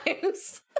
times